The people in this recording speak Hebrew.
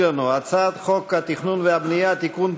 לנו את הצעת חוק התכנון והבנייה (תיקון,